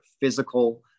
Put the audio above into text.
physical